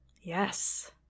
Yes